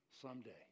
someday